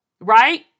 right